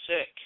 sick